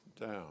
down